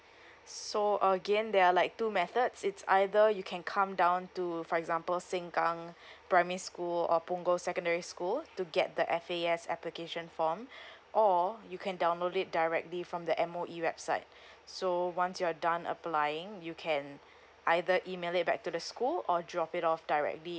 so again there are like two methods it's either you can come down to for example sengkang primary school or punggol secondary school to get the F_A_S application form or you can download it directly from the M_O_E website so once you're done applying you can either email it back to the school or drop it off directly